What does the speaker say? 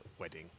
wedding